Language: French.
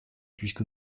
puisque